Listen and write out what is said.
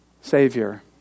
Savior